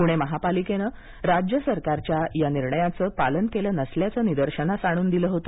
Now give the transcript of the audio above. पुणे महापिालकेने राज्य सरकारच्या निर्णयाचं पालन केले नसल्याचे निदर्शनास आणून दिलं होत